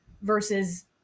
versus